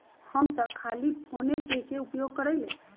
हम तऽ खाली फोनेपे के उपयोग करइले